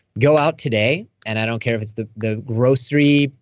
go out today, and i don't care if it's the the grocery,